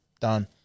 done